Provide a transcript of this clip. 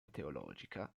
teologica